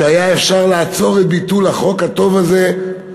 כשהיה אפשר לעצור את ביטול החוק הטוב הזה,